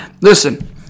listen